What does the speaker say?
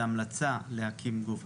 זו המלצה להקים גוף,